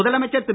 முதலமைச்சர் திரு